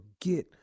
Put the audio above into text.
forget